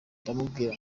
ndamubwira